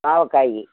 பாவக்காய்